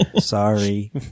Sorry